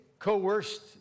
Coerced